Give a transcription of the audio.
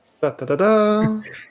Da-da-da-da